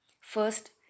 first